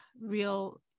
real